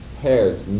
pairs